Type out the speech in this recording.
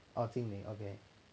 uh 精灵 okay